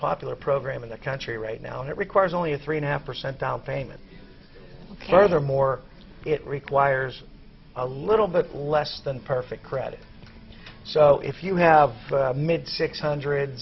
popular program in the country right now and it requires only a three and a half percent downpayment furthermore it requires a little bit less than perfect credit so if you have mid six hundred